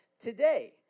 today